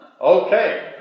Okay